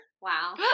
Wow